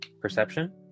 Perception